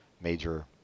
major